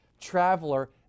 traveler